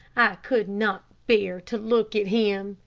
could not bear to look at him.